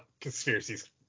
conspiracies